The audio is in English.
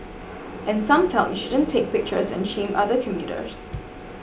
and some felt you shouldn't take pictures and shame other commuters